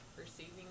perceiving